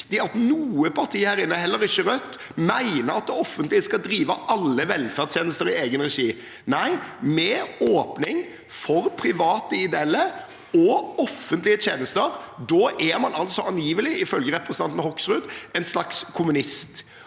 at noe parti her, heller ikke Rødt, mener at det offentlige skal drive alle velferdstjenester i egen regi. Med åpning for private ideelle og offentlige tjenester er man angivelig, ifølge representanten Hoksrud, en slags kommunist.